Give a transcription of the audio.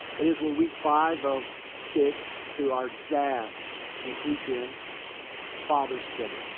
that is, we're week five of six to our dads next weekend father's day.